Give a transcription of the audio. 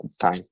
time